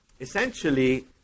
essentially